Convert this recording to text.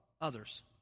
others